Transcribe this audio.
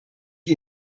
wir